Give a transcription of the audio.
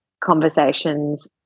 conversations